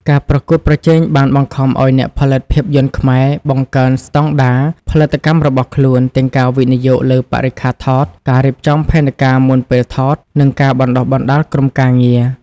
ការប្រកួតប្រជែងបានបង្ខំឲ្យអ្នកផលិតភាពយន្តខ្មែរ បង្កើនស្តង់ដារ ផលិតកម្មរបស់ខ្លួន ទាំងការវិនិយោគលើបរិក្ខារថត ការរៀបចំផែនការមុនពេលថត និងការបណ្តុះបណ្តាលក្រុមការងារ។